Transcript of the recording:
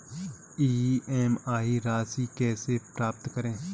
EMI राशि कैसे पता करें?